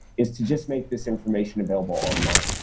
is to just make this information available online.